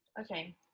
Okay